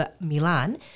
Milan